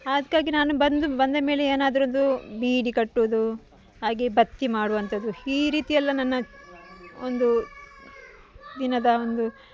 ಅದಕ್ಕಾಗಿ ನಾನು ಬಂದು ಬಂದ ಮೇಲೆ ಏನಾದ್ರೂ ಒಂದು ಬೀಡಿ ಕಟ್ಟೋದು ಹಾಗೆ ಬತ್ತಿ ಮಾಡುವಂಥದ್ದು ಈ ರೀತಿ ಎಲ್ಲ ನನ್ನ ಒಂದು ದಿನದ ಒಂದು